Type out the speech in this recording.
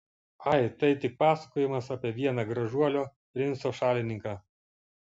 ai tai tik pasakojimas apie vieną gražuolio princo šalininką